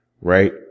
right